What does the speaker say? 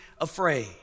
afraid